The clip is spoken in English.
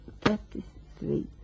Thirty-three